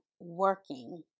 working